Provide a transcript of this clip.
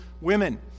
women